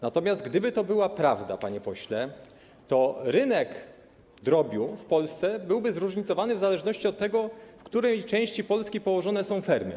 Natomiast gdyby to była prawda, panie pośle, to rynek drobiu w Polsce byłby zróżnicowany w zależności od tego, w której części Polski położone są fermy.